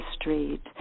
street